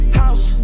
house